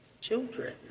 Children